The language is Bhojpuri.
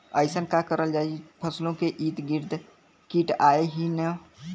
अइसन का करल जाकि फसलों के ईद गिर्द कीट आएं ही न?